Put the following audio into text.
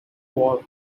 wall